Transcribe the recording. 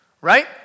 right